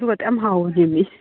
ꯑꯗꯨꯒꯗꯣ ꯌꯥꯝ ꯍꯥꯎꯈꯤꯕꯅꯤ